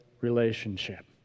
relationship